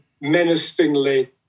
menacingly